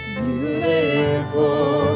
beautiful